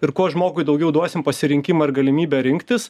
ir kuo žmogui daugiau duosim pasirinkimą ir galimybę rinktis